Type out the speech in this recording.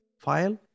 file